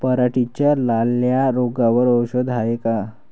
पराटीच्या लाल्या रोगावर औषध हाये का?